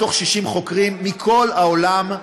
מתוך 60 חוקרים מכל העולם,